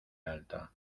alta